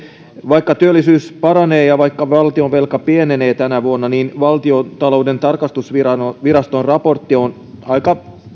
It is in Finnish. vaikka työllisyys paranee ja vaikka valtionvelka pienenee tänä vuonna niin valtiontalouden tarkastusviraston raportti on